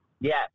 Yes